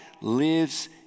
lives